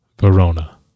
Verona